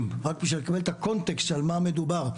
רק בשביל לקבל את הקונטקסט על מה מדובר.